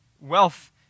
Wealth